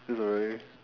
this is a very